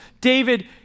David